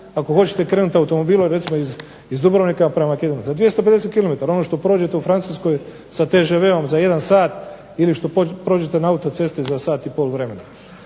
ako hoćete krenuti automobilom recimo iz Dubrovnika prema Makedoniji. Za 250 kilometara ono što prođete u Francuskoj sa TŽV-om za jedan sat ili što prođete na autocesti za sat i pol vremena.